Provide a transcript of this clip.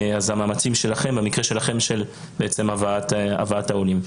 בעצם המאמצים שלכם להבאת העולים.